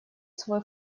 свой